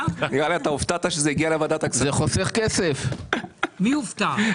מי הופתע?